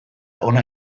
hona